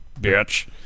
bitch